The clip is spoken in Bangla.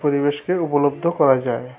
পরিবেশকে উপলব্ধ করা যায়